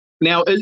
now